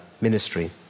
ministry